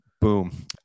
Boom